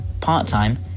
part-time